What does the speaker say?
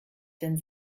denn